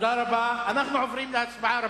אנחנו עוברים להצבעה.